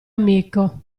amico